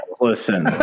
listen